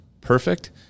perfect